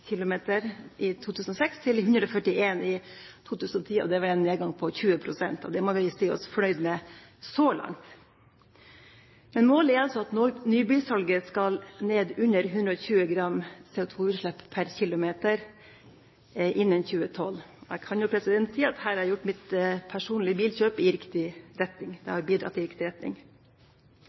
km i 2006 til 141 i 2010. Det var en nedgang på 20 pst., og det må vi si oss fornøyd med så langt. Men målet er altså at CO2-utslippet fra nye biler skal ned under 120 gram per km innen 2012. Jeg kan jo si at her har mitt personlige bilkjøp bidratt i riktig retning.